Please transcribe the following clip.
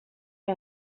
que